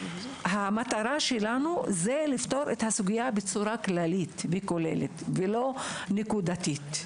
המטרה שלנו היא לפתור את הסוגיה בצורה כללית וכוללת ולא בצורה נקודתית.